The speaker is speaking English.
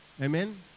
Amen